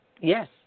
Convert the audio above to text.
yes